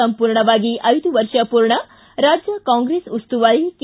ಸಂಪೂರ್ಣವಾಗಿ ಐದು ವರ್ಷ ಪೂರ್ಣ ರಾಜ್ಯ ಕಾಂಗೆಸ್ ಉಸ್ತುವಾರಿ ಕೆ